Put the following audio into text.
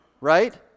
right